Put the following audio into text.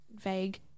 vague